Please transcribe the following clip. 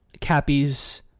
cappy's